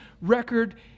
record